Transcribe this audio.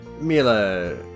mila